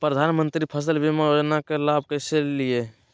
प्रधानमंत्री फसल बीमा योजना के लाभ कैसे लिये?